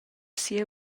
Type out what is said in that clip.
sia